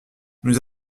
nous